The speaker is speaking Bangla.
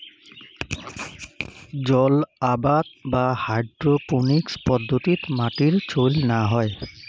জলআবাদ বা হাইড্রোপোনিক্স পদ্ধতিত মাটির চইল না হয়